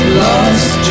lost